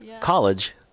College